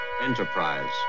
Enterprise